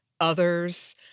others